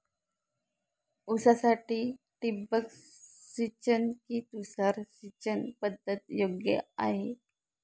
ऊसासाठी ठिबक सिंचन कि तुषार सिंचन पद्धत योग्य आहे?